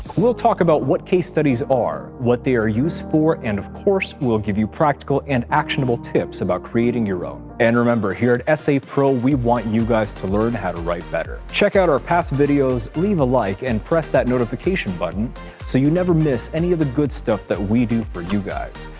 we'll talk about what case studies are, what they are used for, and of course, we'll give you practical and actionable tips about creating your own. and remember, here at essaypro, we want you guys to learn how to write better. check out our past videos, leave a like, and press that notification button so you never miss any of the good stuff we do for you guys,